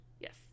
Yes